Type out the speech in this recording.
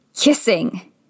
kissing